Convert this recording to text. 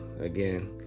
again